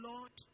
Lord